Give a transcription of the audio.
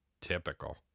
Typical